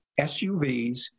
SUVs